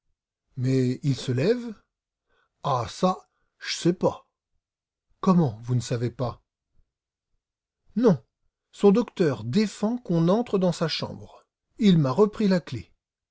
mais il se lève ah ça j'sais pas comment vous ne savez pas non son docteur défend qu'on entre dans sa chambre il m'a repris la clef